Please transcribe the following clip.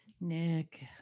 Nick